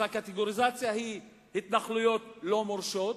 הקטגוריזציה היא התנחלויות לא מורשות,